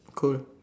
cool